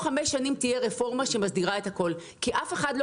חמש שנים תהיה רפורמה שמסדירה את הכול כי אף אחד לא